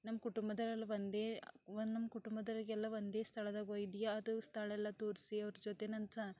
ನಮ್ಮ ಕುಟುಂಬದವರೆಲ್ಲ ಒಂದೇ ಒಂದು ನಮ್ಮ ಕುಟುಂಬದವರಿಗೆಲ್ಲ ಒಂದೇ ಸ್ಥಳದಾಗ ಒಯ್ದು ಅದು ಸ್ಥಳ ಎಲ್ಲ ತೋರಿಸಿ ಅವರ ಜೊತೆ ನನ್ನ